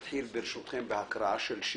נתחיל ברשותכם בהקראה של שיר.